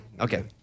Okay